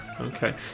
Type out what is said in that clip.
Okay